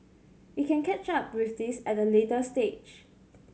we can catch up with this at a later stage